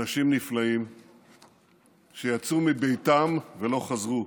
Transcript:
אנשים נפלאים שיצאו מביתם ולא חזרו,